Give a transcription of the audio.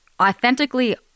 authentically